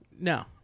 No